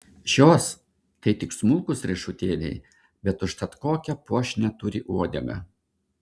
šios tai tik smulkūs riešutėliai bet užtat kokią puošnią turi uodegą